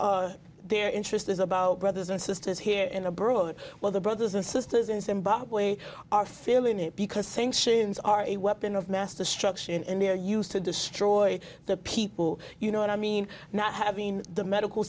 their interest is about brothers and sisters here and abroad well the brothers and sisters in zimbabwe are feeling it because sanctions are a weapon of mass destruction and they are used to destroy the people you know what i mean not having the medical